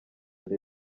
leta